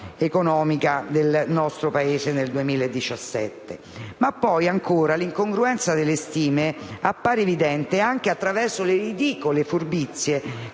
economica del nostro Paese nel 2017. Ancora, l'incongruenza delle stime appare evidente anche attraverso le ridicole furbizie